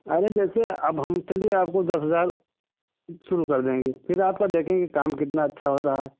अरे जैसे अब हम चलिए आपको दस हजार शुरू कर देंगे फिर आपका देखेंगे काम कितना अच्छा हो रहा है